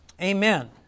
Amen